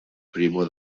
primo